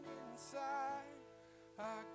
inside